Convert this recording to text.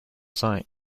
sight